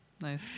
Nice